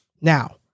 Now